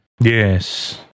Yes